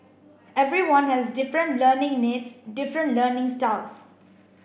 everyone has different learning needs different learning styles